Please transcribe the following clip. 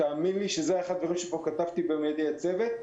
תאמין לי שזה אחד הדברים שכתבתי פה בנושא מיילים.